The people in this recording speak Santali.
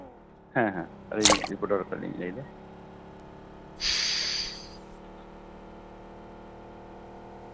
ᱦᱮᱸ ᱦᱮᱸ ᱟᱞᱤᱧ ᱨᱤᱯᱳᱴᱟᱨ ᱠᱷᱚᱡ ᱞᱤᱧ ᱞᱟᱹᱭ ᱮᱫᱟ